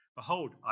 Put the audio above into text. Behold